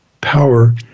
power